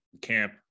camp